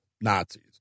Nazis